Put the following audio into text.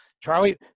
Charlie